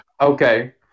okay